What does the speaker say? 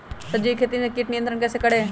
सब्जियों की खेती में कीट नियंत्रण कैसे करें?